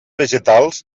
vegetals